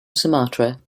sumatra